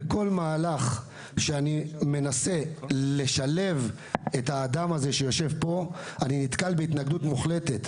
בכל מהלך שאני מנסה לשלב את אותו אני נתקל בהתנגדות מוחלטת.